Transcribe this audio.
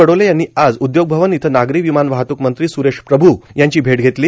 बडोले यांनी आज उदयोग भवन इथं नागरी विमान वाहतूक मंत्री सुरेश प्रभू यांची भेट घेतली